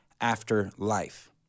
afterlife